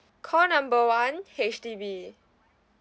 call number one H_D_B